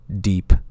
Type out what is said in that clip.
deep